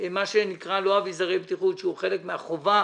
מה שנקרא לא אביזרי בטיחות שהוא חלק מהחובה